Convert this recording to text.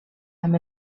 amb